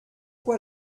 quoi